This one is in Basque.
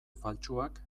faltsuak